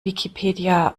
wikipedia